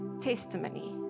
testimony